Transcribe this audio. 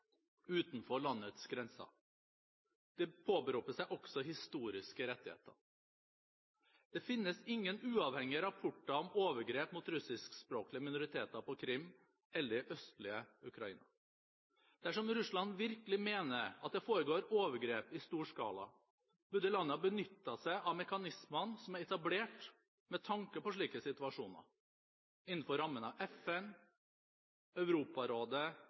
utenfor landets grenser. De påberoper seg også historiske rettigheter. Det finnes ingen uavhengige rapporter om overgrep mot russiskspråklige minoriteter på Krim eller i det østlige Ukraina. Dersom Russland virkelig mener at det foregår overgrep i stor skala, burde landet ha benyttet seg av mekanismene som er etablert med tanke på slike situasjoner, innenfor rammene av FN, Europarådet